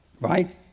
right